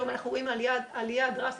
היום אנחנו רואים עלייה דרסטית,